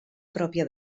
pròpia